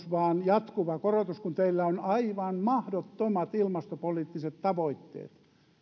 vaan jatkuva korotus kun teillä on aivan mahdottomat ilmastopoliittiset tavoitteet